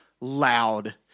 loud